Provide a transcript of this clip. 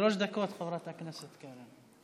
בבקשה, שלוש דקות, חברת הכנסת קרן.